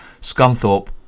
Scunthorpe